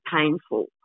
painful